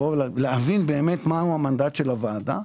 להבין באמת מהו המנדט של הוועדה.